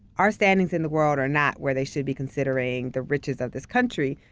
our standings in the world are not where they should be, considering the riches of this country,